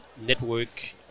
network